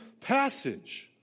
passage